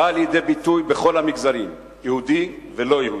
באה לידי ביטוי בכל המגזרים, יהודי ולא יהודי.